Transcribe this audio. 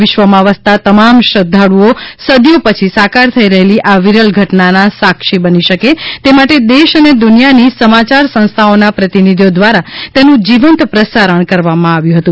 વિશ્વમાં વસતા તમામ શ્રદ્વાળુઓ સદીઓ પછી સાકાર થઈ રહેલી આ વિરલ ઘટનાના સાક્ષી બની શકે તે માટે દેશ અને દુનિયાની સમાચાર સંસ્થાઓના પ્રતિભિધિઓ દ્વારા તેનું જીવંત પ્રસારણ કરવામાં આવ્યું હતું